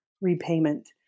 repayment